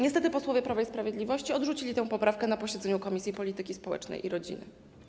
Niestety posłowie Prawa i Sprawiedliwości odrzucili tę poprawkę na posiedzeniu Komisji Polityki Społecznej i Rodziny.